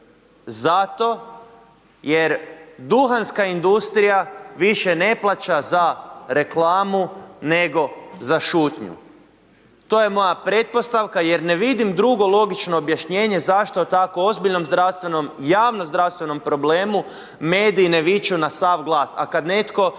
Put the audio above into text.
zato jer duhanska industrija više ne plaća za reklamu nego za šutnju. To je moja pretpostavka jer vidim drugo logično objašnjenje zašto o tako ozbiljnom javnom zdravstvenom problemu, mediji ne viču na sav glas